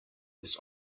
this